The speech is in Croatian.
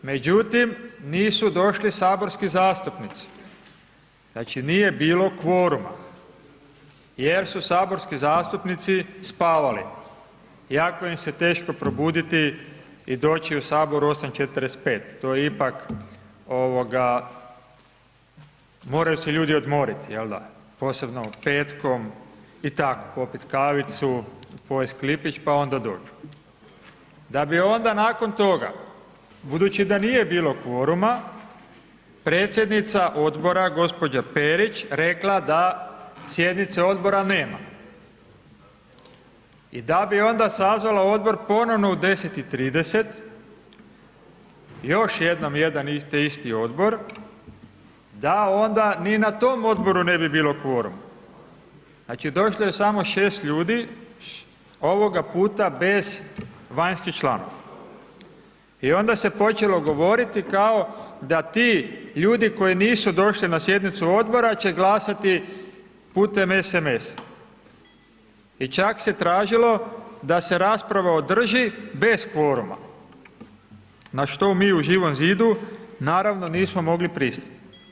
Međutim, nisu došli saborski zastupnici, znači, nije bilo kvoruma jer su saborski zastupnici spavali, jako im se jako teško probuditi i doći u HS u 8,45 sati, to je ipak, moraju se ljudi odmoriti, jel da, posebno petkom i tako, popit kavicu, pojest klipić, pa onda dođu, da bi onda nakon toga, budući da nije bilo kvoruma, predsjednica odbora gđa. Perić rekla da sjednice odbora nema i da bi onda sazvala odbor ponovno u 10,30 još jednom jedan te isti odbor da onda ni na tom odboru ne bi bilo kvoruma, znači, došlo je samo 6 ljudi, ovoga puta bez vanjskih članova i onda se počelo govoriti kao da ti ljudi koji nisu došli na sjednicu odbora će glasati putem SMS-a i čak se tražilo da se rasprava održi bez kvoruma, na što mi u Živom zidu, naravno, nismo mogli pristati.